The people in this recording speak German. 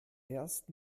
erst